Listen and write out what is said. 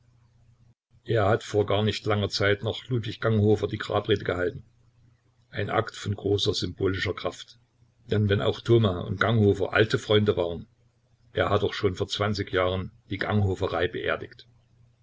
er hat vor gar nicht langer zeit noch ludwig ganghofer die grabrede gehalten ein akt von großer symbolischer kraft denn wenn auch thoma und ganghofer alte freunde waren er hat doch schon vor zwanzig jahren die ganghoferei beerdigt